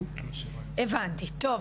הבנתי, טוב.